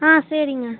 ஆ சரிங்க